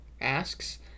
asks